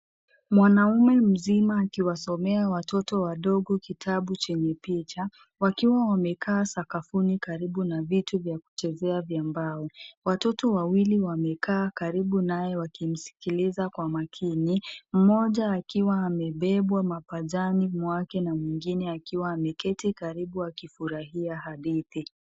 Mwanaume mzima akiwasomea watoto wadogo kitabu chenye picha, wakiwa wamekaa sakafuni karibu na vitu vya kuchezea vya mbao. Watoto wawili wamekaa karibu naye wakimsikiliza kwa makini, mmoja akiwa amebebwa mapajani mwake na mwingine akiwa ameketi karibu akifurahia hadithi.